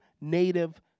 native